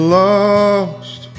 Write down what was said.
lost